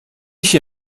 się